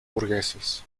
burgueses